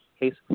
Case